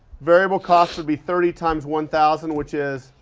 variable cost would be thirty times one thousand, which is?